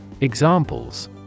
Examples